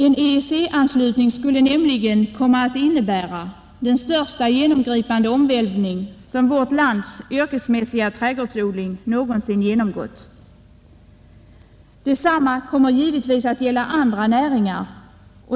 En EEC-anslutning skulle nämligen komma att innebära den största genomgripande omvälvning som vårt lands yrkesmässiga trädgårdsodling någonsin genomgått. Detsamma kommer givetvis att gälla andra näringar.